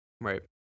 Right